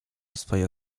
swoje